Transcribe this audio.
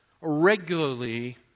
regularly